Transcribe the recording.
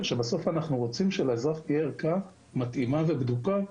שבסוף אנחנו רוצים שלאזרח תהיה ערכה מתאימה ובדוקה,